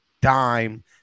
dime